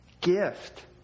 gift